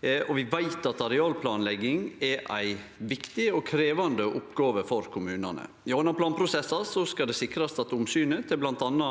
Vi veit at arealplanlegging er ei viktig og krevjande oppgåve for kommunane. Gjennom planprosessar skal det sikrast at omsynet til m.a.